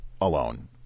alone